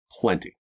Plenty